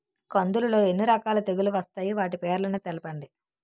కందులు లో ఎన్ని రకాల తెగులు వస్తాయి? వాటి పేర్లను తెలపండి?